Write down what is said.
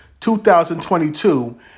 2022